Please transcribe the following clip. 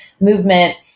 movement